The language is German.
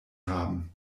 haben